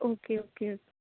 okay okay okay